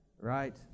Right